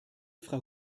frau